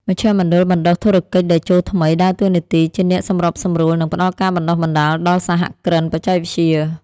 មជ្ឈមណ្ឌលបណ្តុះធុរកិច្ចតេជោថ្មីដើរតួនាទីជាអ្នកសម្របសម្រួល និងផ្ដល់ការបណ្ដុះបណ្ដាលដល់សហគ្រិនបច្ចេកវិទ្យា។